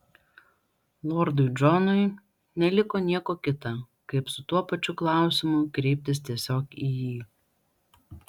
lordui džonui neliko nieko kita kaip su tuo pačiu klausimu kreiptis tiesiog į jį